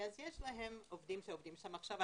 אז יש להם עובדים שעובדים שם עכשיו.